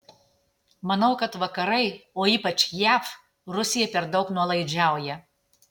manau kad vakarai o ypač jav rusijai per daug nuolaidžiauja